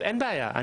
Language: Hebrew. אין בעיה.